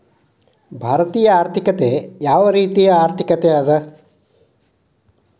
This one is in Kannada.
ಭಾರತೇಯ ಆರ್ಥಿಕತೆ ಯಾವ ರೇತಿಯ ಆರ್ಥಿಕತೆ ಅದ?